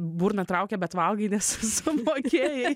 burną traukia bet valgai nes sumokėjai